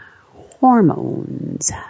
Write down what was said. hormones